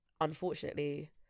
unfortunately